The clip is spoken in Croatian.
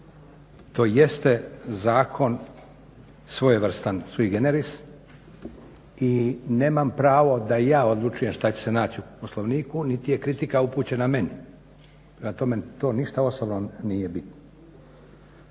To jeste zakon svojevrstan sui generis i nemam pravo da ja odlučujem što će se naći u Poslovniku niti je kritika upućena meni. Prema tome, to ništa osobno nije bilo.